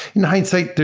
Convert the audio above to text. in hindsight,